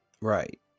Right